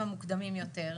המון, המון וזה מתחיל,